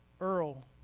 Earl